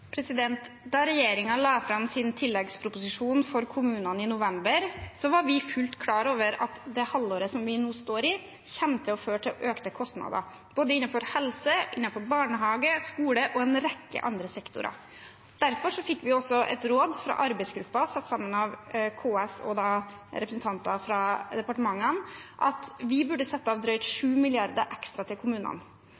Da regjeringen la fram sin tilleggsproposisjon for kommunene i november, var vi fullt klar over at det halvåret vi nå står i, kommer til å føre til økte kostnader innenfor både helse, barnehage, skole og en rekke andre sektorer. Derfor fikk vi også et råd fra arbeidsgruppen satt sammen av KS og representanter fra departementene om at vi burde sette av drøyt